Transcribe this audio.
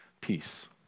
peace